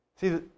See